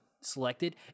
selected